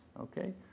Okay